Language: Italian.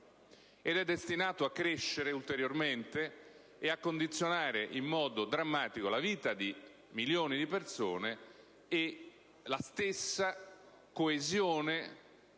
Ed è destinato a crescere ulteriormente, e a condizionare in modo drammatico la vita di milioni di persone e la stessa coesione